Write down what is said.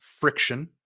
friction